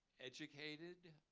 educated,